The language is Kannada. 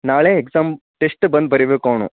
ನಾಳೆ ಎಕ್ಸಾಮ್ ಟೆಸ್ಟ್ ಬಂದು ಬರಿಬೇಕು ಅವನು